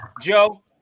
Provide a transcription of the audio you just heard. Joe